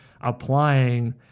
applying